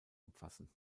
umfassen